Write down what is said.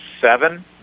seven